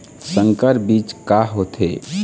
संकर बीज का होथे?